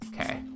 Okay